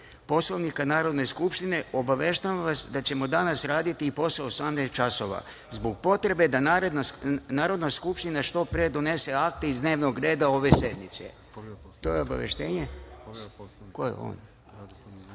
Poslovnika Narodne skupštine, obaveštavam vas da ćemo danas raditi i posle 18.00 časova zbog potrebe da Narodna skupština što pre donese akte iz dnevnog reda ove sednice. Idemo dalje. Reč ima narodni